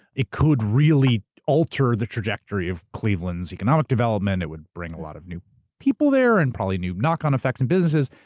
it could really alter the trajectory of cleveland's economic development, it would bring a lot of new people there, and probably new knock-on effects in businesses.